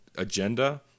agenda